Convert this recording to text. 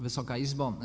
Wysoka Izbo!